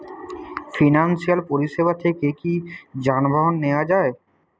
Financial পরিসেবা থেকে কি যানবাহন নেওয়া যায়?